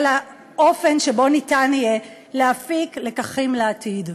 האופן שבו ניתן יהיה להפיק לקחים לעתיד.